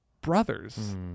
brothers